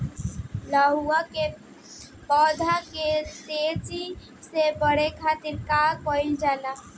लउका के पौधा के तेजी से बढ़े खातीर का कइल जाला?